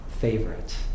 favorite